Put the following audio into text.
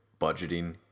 budgeting